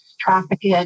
trafficked